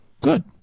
Good